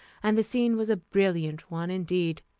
and the scene was a brilliant one indeed.